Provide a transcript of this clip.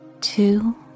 two